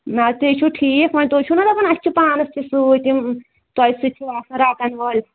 نہ حظ تے چھُو ٹھیٖک وۄنۍ تُہۍ چھُو نا دپان اَسہِ چھِ پانَس تہِ سۭتۍ یِم تۄہہِ سۭتۍ چھُ آسان رَٹَن وٲلۍ